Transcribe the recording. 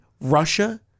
Russia